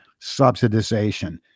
subsidization